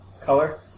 color